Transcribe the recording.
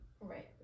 right